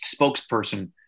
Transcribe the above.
spokesperson